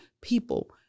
people